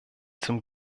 zum